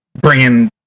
bringing